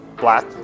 black